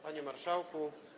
Panie Marszałku!